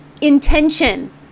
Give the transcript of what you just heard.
intention